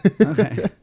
Okay